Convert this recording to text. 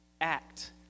act